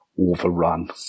overrun